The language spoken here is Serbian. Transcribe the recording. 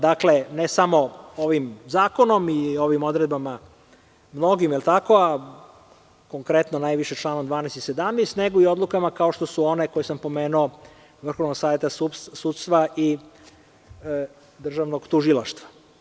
Dakle, ne samo ovim zakonom i ovim odredbama, a konkretno najviše članom 12. i 17. nego i odlukama kao što su one koje sam pomenuo Vrhovnog saveta sudstva i Državnog tužilaštva.